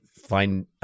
find